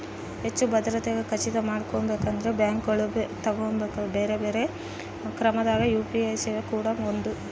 ಹೆಚ್ಚು ಭದ್ರತೆಗೆ ಖಚಿತ ಮಾಡಕೊಂಬಕ ಬ್ಯಾಂಕುಗಳು ತಗಂಬೊ ಬ್ಯೆರೆ ಬ್ಯೆರೆ ಕ್ರಮದಾಗ ಯು.ಪಿ.ಐ ಸೇವೆ ಕೂಡ ಒಂದು